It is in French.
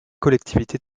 collectivités